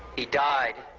he died